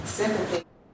sympathy